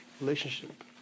relationship